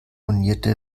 monierte